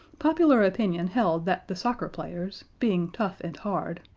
popular opinion held that the soccer players, being tough and hard,